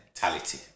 mentality